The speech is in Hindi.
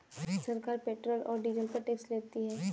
सरकार पेट्रोल और डीजल पर टैक्स लेती है